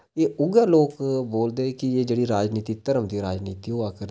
एह् उ'ऐ लोक बोलदे की जे जेह्ड़ी राजनीति धर्म दी राजनीति होआ करदी